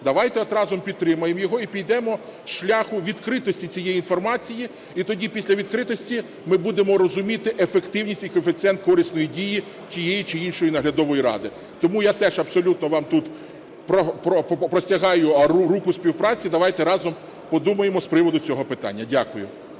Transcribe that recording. Давайте от разом підтримаємо його і підемо шляхом відкритості цієї інформації. І тоді після відкритості ми будемо розуміти ефективність і коефіцієнт корисної дії тієї чи іншої наглядової ради. Тому я теж абсолютно вам тут простягаю руку співпраці. Давайте разом подумаємо з приводу цього питання. Дякую.